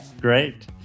Great